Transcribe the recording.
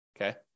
Okay